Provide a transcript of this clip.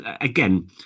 again